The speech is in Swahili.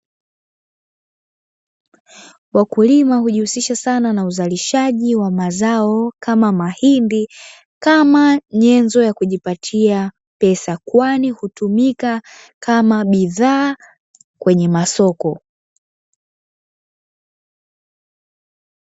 Wakulima hujihusisha sana na uzalishaji wa mazao kama mahindi kama nyenzo ya kujipatia pesa, kwani hutumika kama bidhaa kwenye masoko.